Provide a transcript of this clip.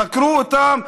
חקרו אותם.